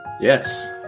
yes